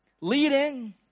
leading